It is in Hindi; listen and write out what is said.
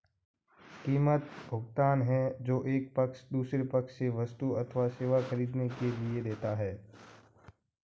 कीमत, भुगतान है जो एक पक्ष दूसरे पक्ष से वस्तु अथवा सेवा ख़रीदने के लिए देता है